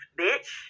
bitch